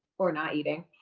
or not eating,